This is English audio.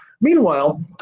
Meanwhile